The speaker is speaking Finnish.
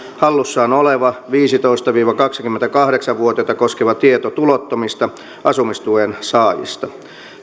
hallussaan oleva viisitoista viiva kaksikymmentäkahdeksan vuotiaita koskeva tieto tulottomista asumistuen saajista